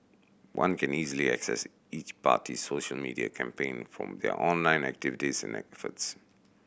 one can easily assess each party's social media campaign from their online activities and efforts